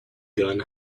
gunn